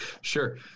Sure